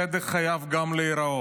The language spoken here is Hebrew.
צדק חייב גם להיראות.